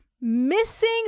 missing